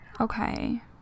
Okay